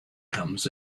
comes